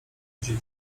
idzie